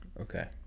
Okay